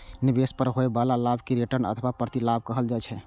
निवेश पर होइ बला लाभ कें रिटर्न अथवा प्रतिलाभ कहल जाइ छै